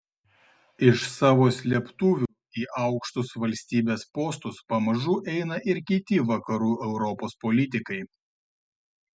iš savo slėptuvių į aukštus valstybės postus pamažu eina ir kiti vakarų europos politikai